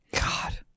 God